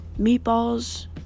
meatballs